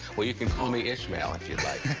well, you can call me ishmael, if you'd like.